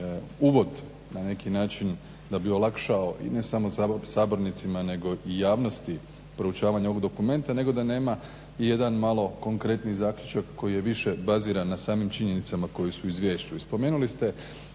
uvod na neki način da bi olakšao i ne samo sabornicima nego i javnosti proučavanje ovog dokumenta nego da nema i jedan malo konkretniji zaključak koji je više baziran na samim činjenicama koje su u izvješću.